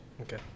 Okay